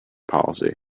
policy